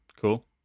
cool